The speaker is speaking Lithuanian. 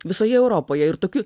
visoje europoje ir tokiu